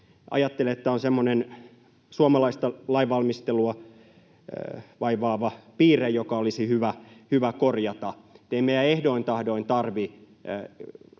Ajattelen, että tämä on semmoinen suomalaista lainvalmistelua vaivaava piirre, joka olisi hyvä korjata. Ei meidän ehdoin tahdoin tarvitse